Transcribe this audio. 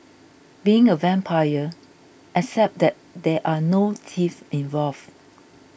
being a vampire except that there are no teeth involved